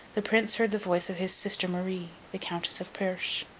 the prince heard the voice of his sister marie, the countess of perche,